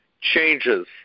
changes